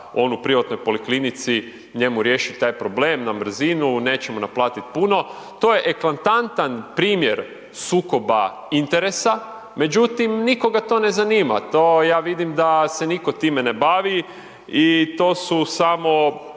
on u privatnoj poliklinici njemu riješi taj problem, nećemo naplatiti puno. To je eklatantan primjer sukoba interesa, međutim nikoga to ne zanima, to ja vidim da se nitko time ne bavi i to su samo,